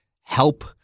help